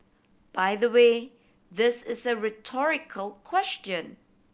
by the way this is a rhetorical question